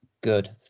good